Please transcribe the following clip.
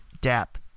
dap